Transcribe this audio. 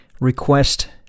Request